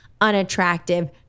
unattractive